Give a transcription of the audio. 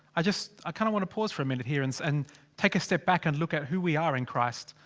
i just, i kinda want to pause for a minute here. and and take a step back and look at who we are in christ.